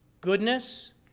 Goodness